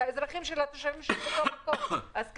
של התושבים --- אז,